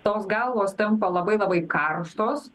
tos galvos tampa labai labai karštos